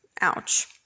Ouch